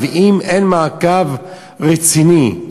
ואם אין מעקב רציני,